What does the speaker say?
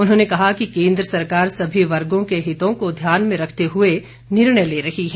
उन्होंने कहा कि केंद्र सरकार सभी वर्गों के हितों को ध्यान में रखते हुए निर्णय ले रही है